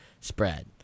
spread